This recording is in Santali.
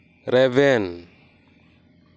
ᱨᱮᱵᱮᱱ